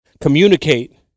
communicate